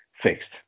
fixed